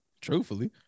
Truthfully